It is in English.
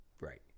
Right